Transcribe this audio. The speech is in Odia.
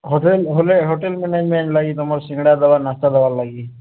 ହୋଟେଲ୍ ହୋଟେଲ୍ ମ୍ୟାନେଜ୍ମେଣ୍ଟ୍ ଲାଗି ତୁମର ସିଙ୍ଗଡ଼ା ଦବା ନାସ୍ତା ଦବା ଲାଗି